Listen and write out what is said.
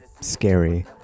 scary